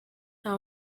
nta